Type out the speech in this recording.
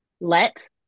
let